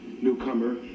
newcomer